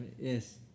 Yes